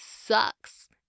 sucks